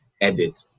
edit